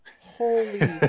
Holy